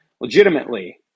Legitimately